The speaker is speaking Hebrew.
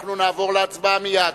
אנחנו נעבור להצבעה מייד.